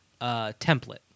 template